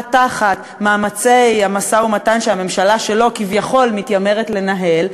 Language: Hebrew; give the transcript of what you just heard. תחת מאמצי המשא-ומתן שהממשלה שלו כביכול מתיימרת לנהל,